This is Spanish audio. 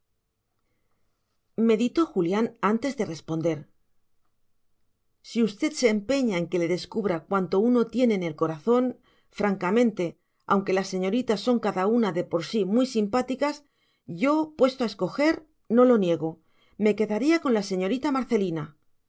meditó julián antes de responder si usted se empeña en que le descubra cuánto uno tiene en el corazón francamente aunque las señoritas son cada una de por sí muy simpáticas yo puesto a escoger no lo niego me quedaría con la señorita marcelina